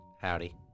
Howdy